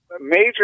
major